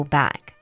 back